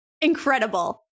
Incredible